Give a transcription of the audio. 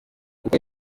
kuko